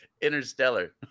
Interstellar